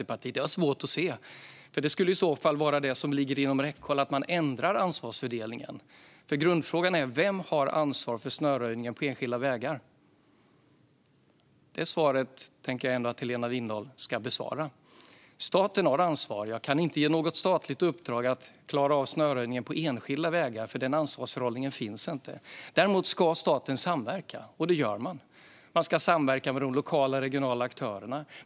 Är det ett förstatligande i antågande från Centerpartiet? Det har jag svårt att se. Men att ändra ansvarsfördelningen skulle vara det som ligger inom räckhåll. Grundfrågan är ju vem som har ansvaret för snöröjningen på enskilda vägar. Det tänker jag ändå att Helena Lindahl kan besvara. Staten har ansvar, men jag kan inte ge något statligt uppdrag att klara av snöröjningen på enskilda vägar. Det ansvarsförhållandet finns inte. Däremot ska staten samverka, och det gör man. Man ska samverka med de lokala och regionala aktörerna.